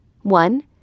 One